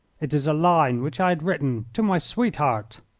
it is a line which i had written to my sweetheart.